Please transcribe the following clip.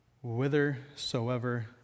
whithersoever